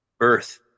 Earth